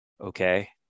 okay